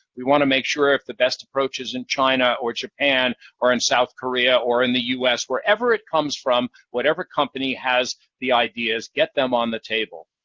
we want to make sure if the best approach is in china or japan or in south korea or in the us, wherever it comes from, whatever company has the ideas, get them on the table.